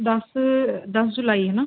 ਦਸ ਦਸ ਜੁਲਾਈ ਹੈ ਨਾ